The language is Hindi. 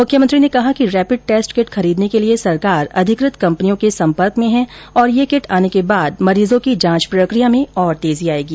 मुख्यमंत्री ने कहा कि रेपिड टेस्ट किट खरीदने के लिए सरकार अधिकृत कम्पनियों के सम्पर्क में है और ये किट आने के बाद मरीजों की जांच प्रकिया में और तेजी आएगी